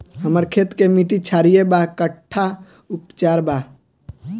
हमर खेत के मिट्टी क्षारीय बा कट्ठा उपचार बा?